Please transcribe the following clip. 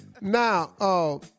Now